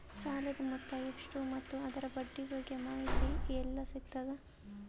ಸಾಲದ ಮೊತ್ತ ಎಷ್ಟ ಮತ್ತು ಅದರ ಬಡ್ಡಿ ಬಗ್ಗೆ ಮಾಹಿತಿ ಎಲ್ಲ ಸಿಗತದ?